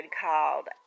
called